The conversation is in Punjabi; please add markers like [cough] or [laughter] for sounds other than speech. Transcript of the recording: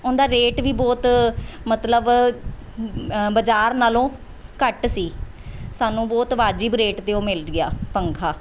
ਉਹਦਾ ਰੇਟ ਵੀ ਬਹੁਤ ਮਤਲਬ [unintelligible] ਬਾਜ਼ਾਰ ਨਾਲੋਂ ਘੱਟ ਸੀ ਸਾਨੂੰ ਬਹੁਤ ਵਾਜਿਬ ਰੇਟ 'ਤੇ ਉਹ ਮਿਲ ਗਿਆ ਪੱਖਾ